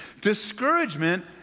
Discouragement